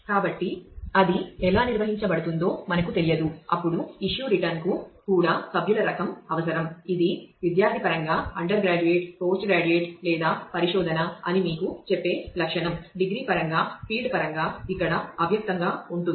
కాబట్టి అది ఎలా నిర్వహించబడుతుందో మనకు తెలియదు అప్పుడు ఇష్యూ రిటర్న్ పరంగా ఇక్కడ అవ్యక్తంగా ఉంటుంది